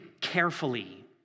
carefully